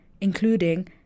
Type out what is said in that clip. including